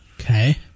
Okay